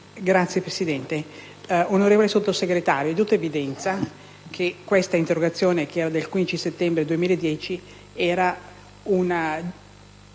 Signor Presidente, onorevole Sottosegretario, è di tutta evidenza che questa interrogazione, presentata il 15 settembre 2010, era una